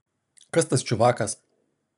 kas tas čiuvakas